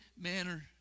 manner